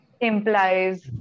implies